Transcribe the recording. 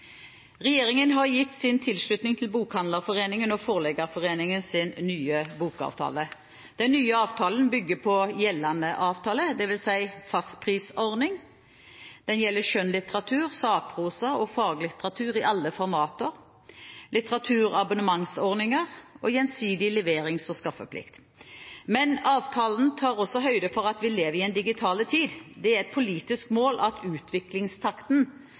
Regjeringen har gitt sin tilslutning til Bokhandlerforeningen og Forleggerforeningens nye bokavtale. Den nye avtalen bygger på gjeldende avtale, dvs. fastprisordning. Den gjelder skjønnlitteratur, sakprosa og faglitteratur i alle formater, litteraturabonnementsordninger og gjensidig leverings- og skaffeplikt. Avtalen tar også høyde for at vi lever i en digital tid. Det er et politisk mål at utviklingstakten